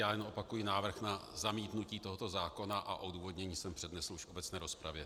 Jenom opakuji návrh na zamítnutí tohoto zákona a odůvodnění jsem přednesl v obecné rozpravě.